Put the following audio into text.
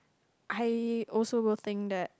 I also will think that